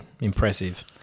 impressive